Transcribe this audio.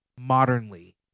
modernly